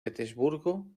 petersburgo